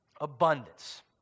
abundance